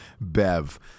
Bev